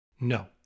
no